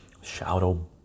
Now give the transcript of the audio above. Shadow